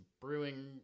brewing